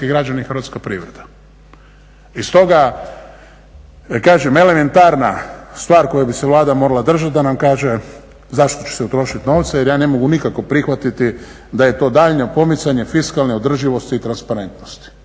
I stoga kažem elementarna stvar koje bi se Vlada morala držati da nam kaže za što će se utrošiti novce jer ja ne mogu nikako prihvatiti da je to daljnje pomicanje fiskalne održivosti i transparentnosti.